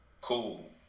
Cool